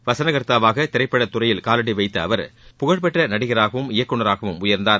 வசன கர்த்தாவாக திரைப்படத் துறையில் காலடிவைத்த அவர் புகழ்பெற்ற நடிகராகவும் இயக்குநராகவும் உயர்ந்தார்